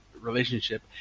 relationship